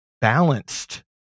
balanced